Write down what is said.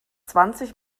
zwanzig